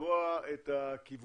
לקבוע את הכיוונים.